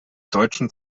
deutschen